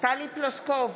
טלי פלוסקוב,